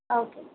okay అండి